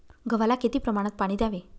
गव्हाला किती प्रमाणात पाणी द्यावे?